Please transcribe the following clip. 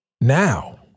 Now